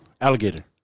Alligator